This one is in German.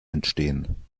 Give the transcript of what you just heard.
entstehen